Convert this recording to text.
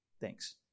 Thanks